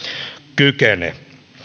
kykene